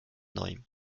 neuem